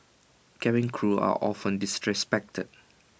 cabin crew are often disrespected